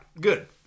good